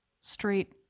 straight